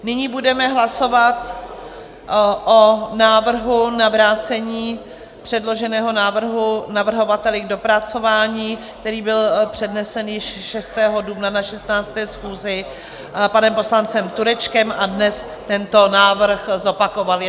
Nyní budeme hlasovat o návrhu na vrácení předloženého návrhu navrhovateli k dopracování, který byl přednesen již 6. dubna na 16. schůzi panem poslancem Turečkem a dnes tento návrh zopakoval.